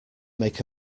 make